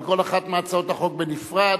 על כל אחת מהצעות החוק בנפרד.